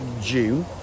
June